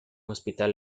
hospital